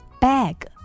Bag